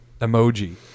emoji